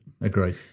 Agree